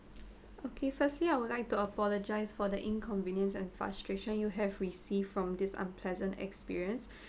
okay firstly I would like to apologise for the inconvenience and frustration you have received from this unpleasant experience